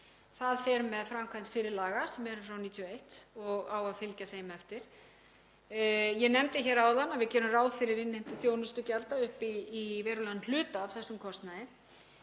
Það fer með framkvæmd fyrri laga sem eru frá 1991 og á að fylgja þeim eftir. Ég nefndi hér áðan að við gerum ráð fyrir innheimtu þjónustugjalda upp í verulegan hluta af þessum kostnaði.